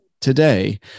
today